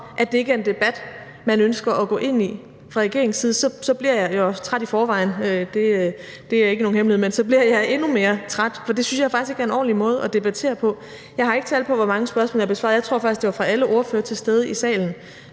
om det ikke er en debat, man ønsker at gå ind i fra regeringens side, bliver endnu mere træt, og jeg er træt i forvejen – det er ikke nogen hemmelighed. For jeg synes faktisk ikke, det er en ordentlig måde at debattere på. Jeg har ikke tal på, hvor mange spørgsmål jeg har besvaret. Jeg tror faktisk, at der var spørgsmål fra alle ordførere, der var til stede i salen,